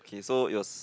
okay so it was